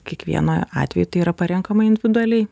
kiekvienu atveju tai yra parenkama individualiai